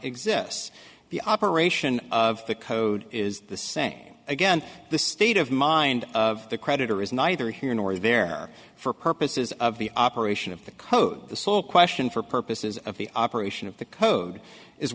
exists the operation of the code is the same again the state of mind of the creditor is neither here nor there for purposes of the operation of the code the sole question for purposes of the operation of the code is